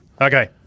Okay